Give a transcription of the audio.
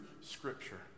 Scripture